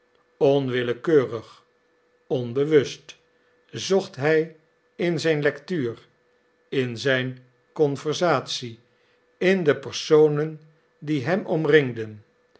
onwillekeurig onbewust zocht hij in zijn lectuur in zijn conversatie in de personen die hem omringden